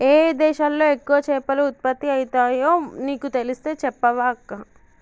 ఏయే దేశాలలో ఎక్కువ చేపలు ఉత్పత్తి అయితాయో నీకు తెలిస్తే చెప్పవ అక్కా